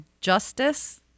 Justice